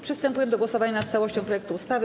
Przystępujemy do głosowania nad całością projektu ustawy.